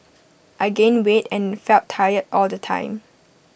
I gained weight and felt tired all the time